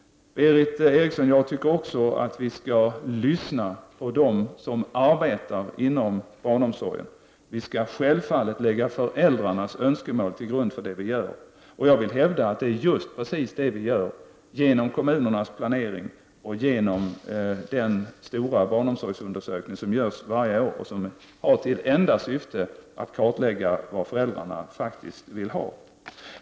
Berith Eriksson! Jag tycker också att vi skall lyssna på dem som arbetar inom barnomsorgen. Vi skall självfallet lägga föräldrarnas önskemål till grund för det vi gör. Jag vill hävda att det är just precis det vi gör genom kommunernas planering och genom den stora barnomsorgsundersökning som görs varje år och som har till enda syfte att kartlägga vad föräldrarna faktiskt vill ha.